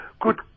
good